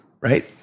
Right